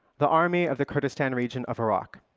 the army of the kurdistan region of iraq,